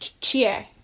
Cheer